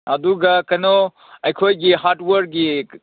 ꯑꯗꯨꯒ ꯀꯩꯅꯣ ꯑꯩꯈꯣꯏꯒꯤ ꯍꯥꯔꯠꯋꯦꯌꯥꯔꯒꯤ